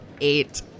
eight